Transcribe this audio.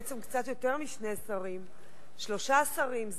בעצם שלושה שרים,